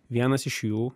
vienas iš jų